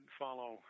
follow